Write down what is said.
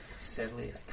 Sadly